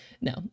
No